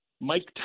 Mike